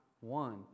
one